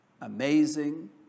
Amazing